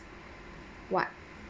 what